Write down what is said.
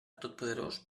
totpoderós